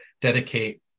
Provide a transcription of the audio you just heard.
dedicate